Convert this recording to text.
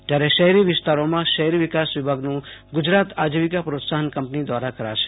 જયારે શહેરી વિસ્તારોમાં શહેરી વિકાસ વિભાગનું ગુ જરાત આજીવિકા પ્રોત્સાહન કંપની દવારા કરાશ